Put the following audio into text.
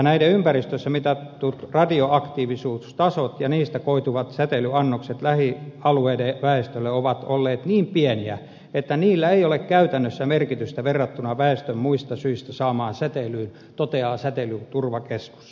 voimalaitoksien ympäristössä mitatut radioaktiivisuustasot ja niistä koituvat säteilyannokset lähialueiden väestölle ovat olleet niin pieniä että niillä ei ole käytännössä merkitystä verrattuna väestön muista syistä saamaan säteilyyn toteaa säteilyturvakeskus